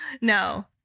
No